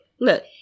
Look